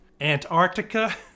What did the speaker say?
Antarctica